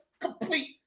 Complete